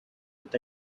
with